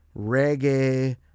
reggae